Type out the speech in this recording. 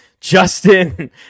Justin